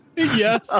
yes